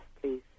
please